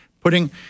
Putting